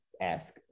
ask